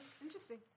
Interesting